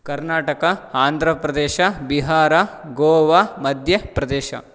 Karnataka Andhra Pradesh Bihar Goa Madhya Pradesh